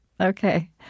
Okay